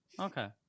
okay